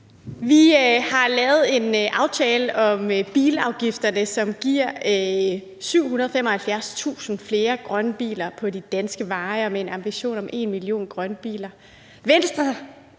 Vi har lavet en aftale om bilafgifterne, som giver 775.000 flere grønne biler på de danske veje, og der er en ambition om en million grønne biler. Venstre